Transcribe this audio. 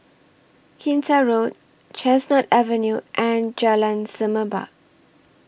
Kinta Road Chestnut Avenue and Jalan Semerbak